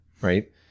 right